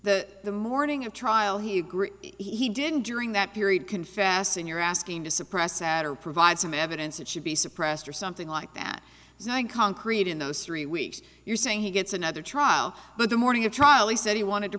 the the morning of trial he agreed he didn't during that period confessing you're asking to suppress sattar provide some evidence that should be suppressed or something like that is not concrete in those three weeks you're saying he gets another trial but the morning of trial he said he wanted to